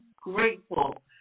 grateful